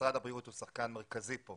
משרד הבריאות הוא שחקן מרכזי כאן